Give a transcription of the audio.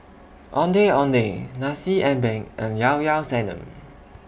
Ondeh Ondeh Nasi Ambeng and Llao Llao Sanum